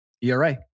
ERA